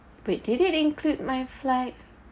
wait did it include my flight